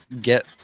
get